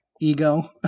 ego